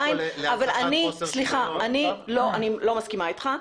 לא מסכימה אתך,